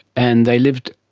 and they lived,